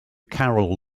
carole